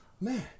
Man